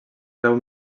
deu